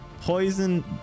Poison